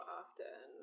often